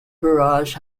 barrage